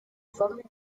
formule